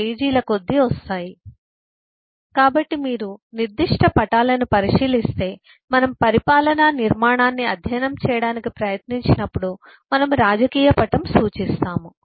సమయం 1118 స్లైడ్ చూడండి కాబట్టి మీరు నిర్దిష్ట పటాలను పరిశీలిస్తే మనము పరిపాలనా నిర్మాణాన్ని అధ్యయనం చేయడానికి ప్రయత్నించినప్పుడు మనము రాజకీయ పటం సూచిస్తాము